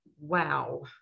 Wow